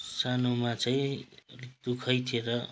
सानोमा चाहिँ अलिक दु खै थियो र